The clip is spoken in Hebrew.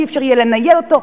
כי לא יהיה אפשר לנייד אותו.